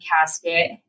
casket